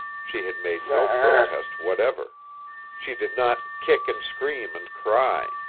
she had made no protest whatever she did not kick and scream and cry.